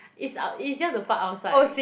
is ah easier to park outside